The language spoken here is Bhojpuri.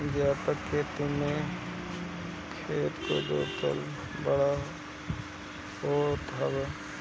व्यापक खेती में खेत के जोत बड़ होत हवे